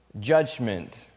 judgment